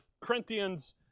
Corinthians